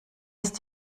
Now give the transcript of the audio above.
ist